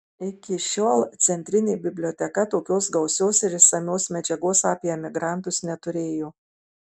iki šiol centrinė biblioteka tokios gausios ir išsamios medžiagos apie emigrantus neturėjo